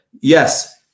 Yes